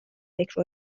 فکر